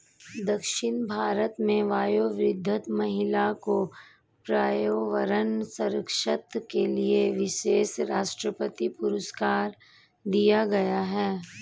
दक्षिण भारत में वयोवृद्ध महिला को पर्यावरण संरक्षण के लिए विशेष राष्ट्रपति पुरस्कार दिया गया है